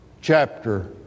chapter